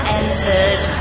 entered